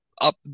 up